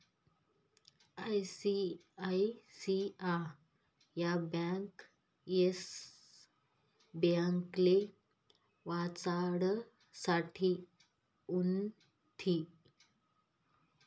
ICICI bank Yes ब्यांकले वाचाडासाठे उनथी